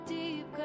deep